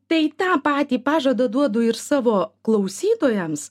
tai tą patį pažadą duodu ir savo klausytojams